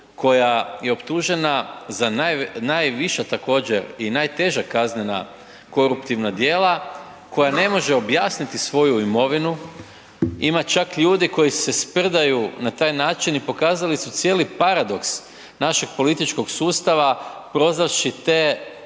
koja je optužena za najviša također i najteža kaznena koruptivna djela, koja ne može objasniti svoju imovinu. Ima čak ljudi koji se sprdaju na taj način i pokazali su cijeli paradoks našeg političkog sustava prozvavši tog